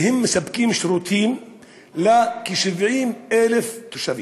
והם מספקים שירותים לכ-70,000 תושבים.